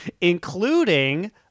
including